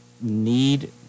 need